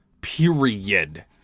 Period